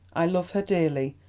i love her dearly,